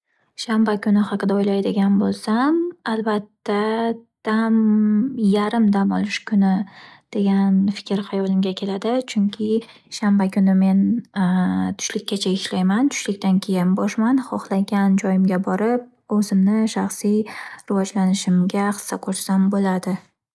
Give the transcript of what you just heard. Shanba kuni haqida o’ylaydigan bo’lsam, albatta dam- yarim dam olish kuni degan fikr hayolimga hayolimga keladi. Chunki shanba kuni men tushlikkacha ishlayman, tushlikdan keyin bo’shman. Hohlagan joyimga borib, o’zimni shaxsiy rivojlanishimga hissa qo’shsam bo’ladi.